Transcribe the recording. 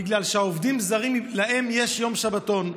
בגלל שלעובדים הזרים יש יום שבתון.